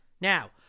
now